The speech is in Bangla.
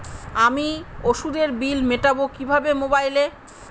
আমি ওষুধের বিল মেটাব কিভাবে মোবাইলে?